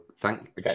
Thank